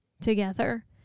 together